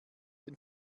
den